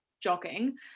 jogging